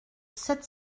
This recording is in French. sept